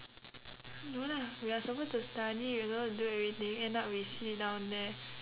no lah we are supposed to study you know do everything end up we sit down there